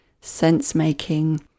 sense-making